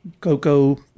cocoa